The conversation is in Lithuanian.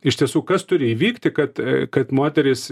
iš tiesų kas turi įvykti kad kad moterys